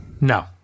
No